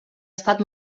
estat